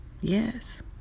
Yes